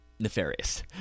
nefarious